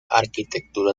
arquitectura